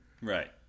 Right